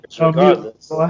regardless